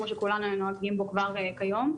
כמו שכולנו נוהגים בו כבר היום,